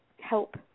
help